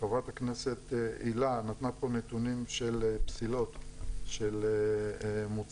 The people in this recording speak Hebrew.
ח"כ הילה נתנה כאן נתונים של פסילות של מוצרים,